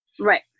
Right